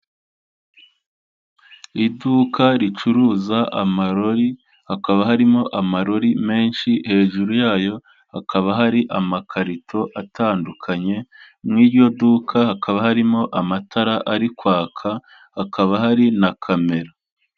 Iduka ricuruza amarori, hakaba harimo amarori menshi, hejuru yayo hakaba hari amakarito atandukanye, mu iryo duka hakaba harimo amatara ari kwaka, hakaba hari na kamera.